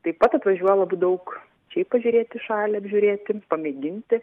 taip pat atvažiuoja labai daug šiaip pažiūrėti šalį apžiūrėti pamėginti